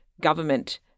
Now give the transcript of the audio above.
government